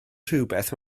rhywbeth